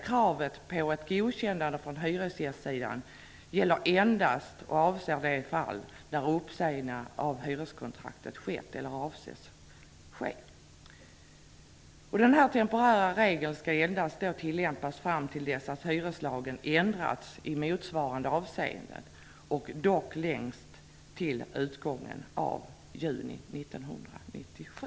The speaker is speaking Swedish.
Kravet på ett godkännande från hyresgästsidan gäller alltså endast de fall där uppsägningar av hyreskontrakt skett eller avses ske. Denna temporära regel skall tillämpas endast fram till dess att hyreslagen ändrats i motsvarande avseende, dock längst till utgången av juni 1997.